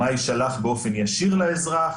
מה יישלח באופן ישיר לאזרח,